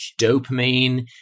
dopamine